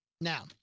Now